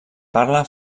parla